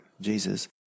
Jesus